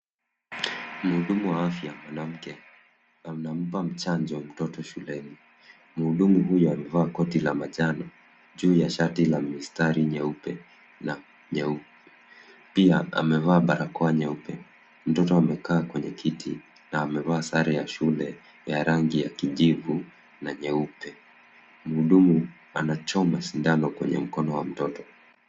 Mhudumu wa afya mwanamke anampa chanjo mtoto shuleni. Mududumu huyu amevaa koti la manjano juu ya shati la mistari nyeupe na pia amevaa barakoa nyeupe. Mtoto amekaa kwenye kiti na amevaa sare ya shule ya rangi ya kijivu na nyeupe. Mhudumu anachoma shindano kwenye mkono wa mtoto.